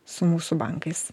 su mūsų bankais